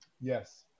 Yes